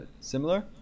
similar